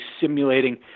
simulating